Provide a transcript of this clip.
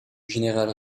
général